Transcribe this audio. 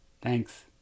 thanks